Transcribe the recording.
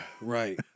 Right